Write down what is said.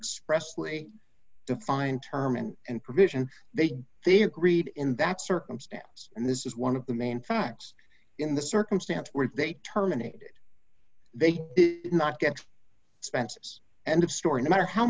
expressway defined term and and provision they they agreed in that circumstance and this is one of the main facts in the circumstance were they terminated they did not get expenses end of story no matter how